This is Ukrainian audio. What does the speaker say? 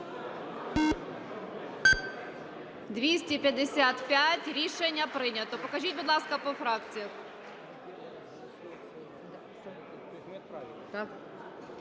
За-255 Рішення прийнято. Покажіть, будь ласка, по фракціях.